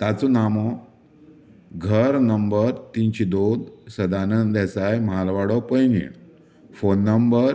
ताचो नामो घर नंबर तीनशे दोन सदानंद देसाय महालवाडो पैंगीण फोन नंबर